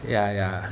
ya ya